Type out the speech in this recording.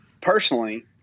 Personally